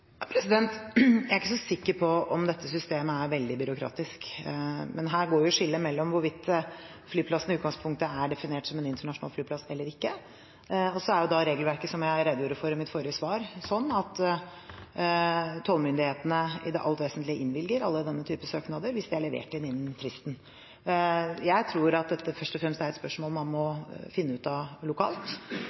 Jeg er ikke så sikker på om dette systemet er veldig byråkratisk. Men her går skillet mellom hvorvidt flyplassen i utgangspunktet er definert som en internasjonal flyplass eller ikke. Så er regelverket sånn, som jeg redegjorde for i mitt forrige svar, at tollmyndighetene i det alt vesentlige innvilger alle søknader av denne typen hvis de er levert inn innen fristen. Jeg tror dette først og fremst er et spørsmål man må finne ut av lokalt,